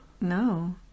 No